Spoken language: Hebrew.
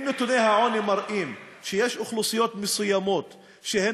מראים שיש אוכלוסיות מסוימות שהן